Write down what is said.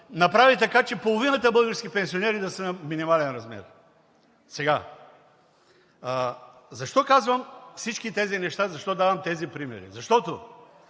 направи така, че половината български пенсионери да са на минимален размер. Защо казвам всички тези неща, защо давам тези примери? Защото